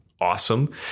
awesome